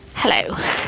Hello